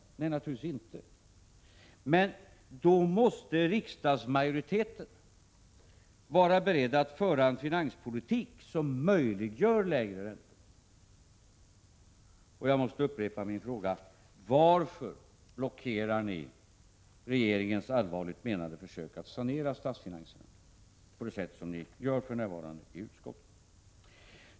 Nej, det är det naturligtvis inte, men då måste riksdagsmajoriteten vara beredd att föra en finanspolitik som möjliggör lägre räntor. Jag måste upprepa min fråga: Varför blockerar ni regeringens allvarligt menade försök att sanera statsfinanserna på det sätt som ni för närvarande gör i utskottet?